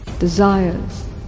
desires